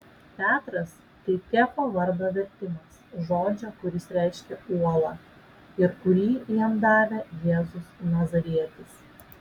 petras tai kefo vardo vertimas žodžio kuris reiškia uolą ir kurį jam davė jėzus nazarietis